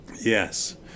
yes